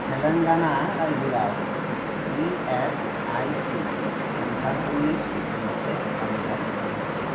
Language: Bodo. तेलेंगाना रायजोआव इएसआईसि सेन्टारफोरनि मोनसे फारिलाइ दिन्थि